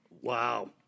Wow